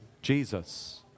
Jesus